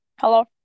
Hello